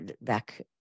back